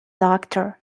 doctor